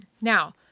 Now